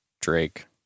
Drake